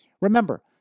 Remember